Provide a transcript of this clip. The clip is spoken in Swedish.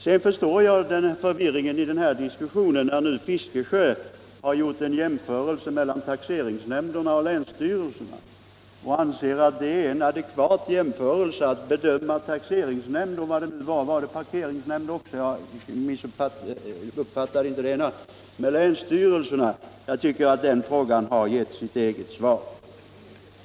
Jag förstår förvirringen i den här diskussionen när nu herr Fiskesjö gjort en jämförelse mellan taxeringsnämnderna och länsstyrelserna; han anser tydligen att det är adekvat att jämföra taxeringsnämnder och vad det nu var — jag uppfattade inte det andra — med länsstyrelser. Jag tycker att hans fråga på den punkten givit sitt eget svar.